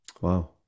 Wow